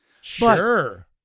Sure